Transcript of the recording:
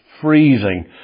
freezing